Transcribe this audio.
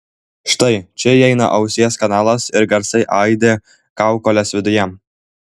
štai čia įeina ausies kanalas ir garsai aidi kaukolės viduje